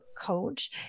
coach